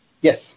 Yes